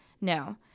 No